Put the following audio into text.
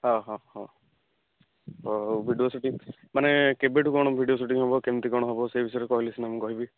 ହଁ ହଁ ହଉ ଭିଡ଼ିଓ ସୁଟିଙ୍ଗ ମାନେ କେବେଠୁ କ'ଣ ଭିଡ଼ିଓ ସୁଟିଙ୍ଗ ହେବ କେମିତି କ'ଣ ହେବ ସେହି ବିଷୟରେ କହିଲେ ସିନା ମୁଁ କହିବି